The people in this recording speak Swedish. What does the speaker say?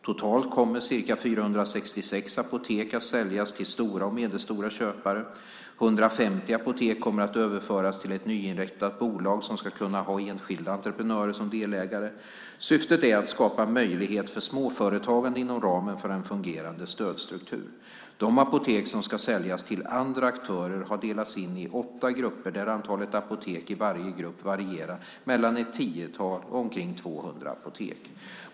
Totalt kommer ca 466 apotek att säljas till stora och medelstora köpare. 150 apotek kommer att överföras till ett nyinrättat bolag som ska kunna ha enskilda entreprenörer som delägare. Syftet är att skapa möjlighet för småföretagande inom ramen för en fungerande stödstruktur. De apotek som ska säljas till andra aktörer har delats in i åtta grupper, där antalet apotek i varje grupp varierar mellan ett tiotal och omkring 200 apotek.